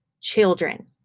children